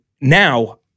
now